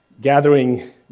Gathering